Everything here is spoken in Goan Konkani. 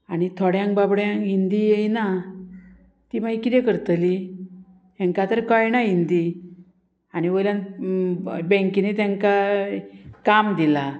आणी थोड्यांक बाबड्यांक हिंदी येयना ती मागीर कितें करतली हेंका तर कळना हिंदी आनी वयल्यान बँकीनी तेंकां काम दिला